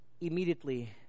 immediately